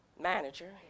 manager